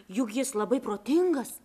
juk jis labai protingas